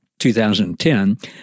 2010